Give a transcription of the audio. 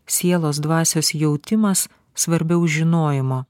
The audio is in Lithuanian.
sielos dvasios jautimas svarbiau žinojimo